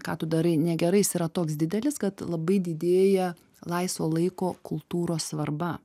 ką tu darai negerai jis yra toks didelis kad labai didėja laisvo laiko kultūros svarba